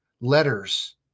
letters